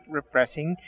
repressing